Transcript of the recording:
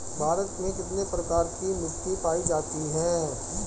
भारत में कितने प्रकार की मिट्टी पाई जाती हैं?